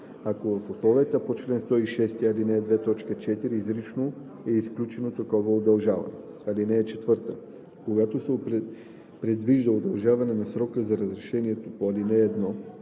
ако в условията по чл. 106, ал. 2, т. 4 изрично е изключено такова удължаване. (4) Когато се предвижда удължаване на срока на разрешението по ал. 1,